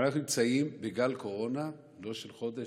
אנחנו נמצאים בגל קורונה לא של חודש,